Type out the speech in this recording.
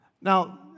Now